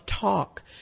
talk